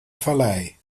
vallei